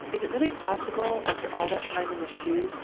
is it really possible, after all that time in the shu,